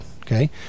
okay